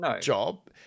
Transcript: job